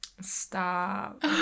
stop